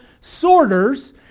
sorters